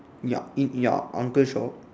yup in ya uncle shop